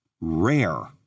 rare